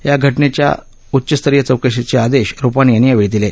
या घटनेच्या उच्चस्तरीय चौकशीचे आदेश रुपाणी यांनी यावेळी दिले